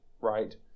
right